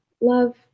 love